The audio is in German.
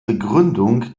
begründung